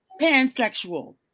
pansexual